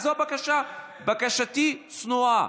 זו הבקשה, בקשתי צנועה.